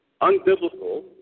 unbiblical